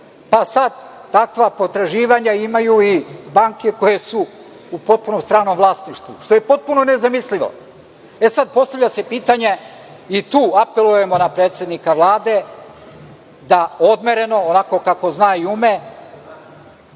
pa sada takva potraživanja imaju i banke koje su u potpuno stranom vlasništvu, što je potpuno nezamislivo. Sada se postavlja pitanje i tu apelujemo na predsednika Vlade da odmereno, onako kako zna i ume,